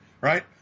right